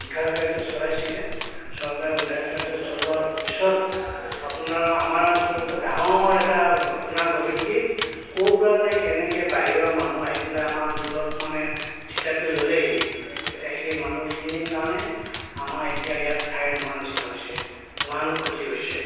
উদ্ধাৰ কাৰ্য চলাইছিলে চৰকাৰে উদ্ধাৰ কাৰ্য চলোৱাৰ পিছত আপোনাৰ আমাৰ অঞ্চলত এটা ডাঙৰ এটা ঘটনা ঘটিল কি ক'ৰ পৰা যে কেনেকৈ বাহিৰৰ মানুহ আহি পেলাই আমাৰ অঞ্চলত মানে থিতাপি ল'লেহি এতিয়া সেই মানুহখিনিৰ কাৰণে আমাৰ এতিয়া ইয়াত ঠাই নোহোৱাৰ নিচিনা হৈছে ইমান ক্ষতি হৈছে